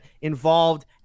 involved